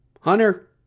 Hunter